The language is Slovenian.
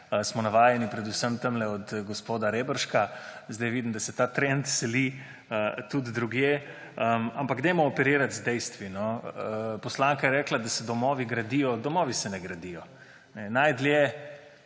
smo navajeni predvsem od gospoda Reberška. Zdaj vidim, da se ta trend seli tudi drugam, ampak dajmo operirati z dejstvi. Poslanka je rekla, da se domovi gradijo – domovi se ne gradijo. Najdlje,